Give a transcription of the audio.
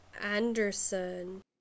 anderson